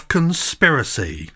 Conspiracy